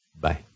Bye